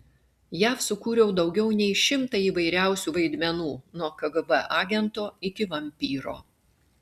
jav sukūriau daugiau nei šimtą įvairiausių vaidmenų nuo kgb agento iki vampyro